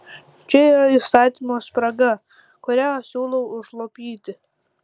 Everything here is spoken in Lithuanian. čia yra įstatymo spraga kurią aš siūlau užlopyti